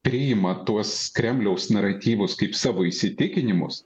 priima tuos kremliaus naratyvus kaip savo įsitikinimus